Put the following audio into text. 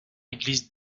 église